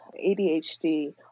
ADHD